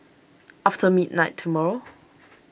after midnight tomorrow